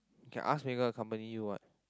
can ask Megan accompany you what